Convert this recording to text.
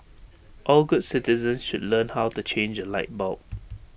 all good citizens should learn how to change A light bulb